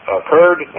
occurred